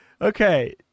Okay